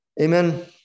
Amen